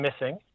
missing